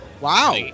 Wow